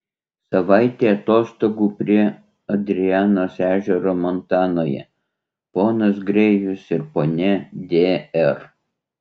savaitė atostogų prie adrianos ežero montanoje ponas grėjus ir ponia d r